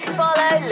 follow